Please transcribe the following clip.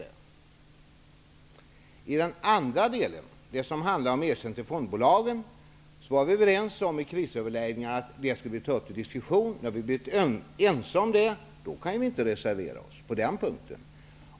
Beträffande den andra delen, som handlar om ersättning till fondbolagen, var vi överens vid krisöverläggningarna om att vi skall ta upp det till diskussion. Eftersom vi var ense om det, kan vi inte reservera oss på den punkten.